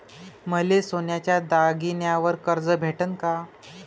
मले सोन्याच्या दागिन्यावर कर्ज भेटन का?